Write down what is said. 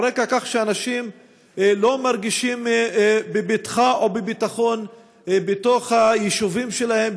על רקע זה שאנשים לא מרגישים בבטחה או בביטחון בתוך היישובים שלהם,